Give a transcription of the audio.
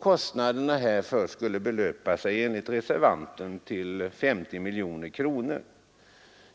Kostnaderna härför har reservanten beräknat till 50 miljoner kronor.